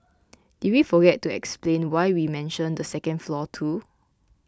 did we forget to explain why we mentioned the second floor too